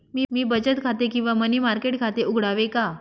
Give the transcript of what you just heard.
मी बचत खाते किंवा मनी मार्केट खाते उघडावे का?